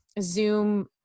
Zoom